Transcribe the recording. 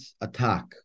attack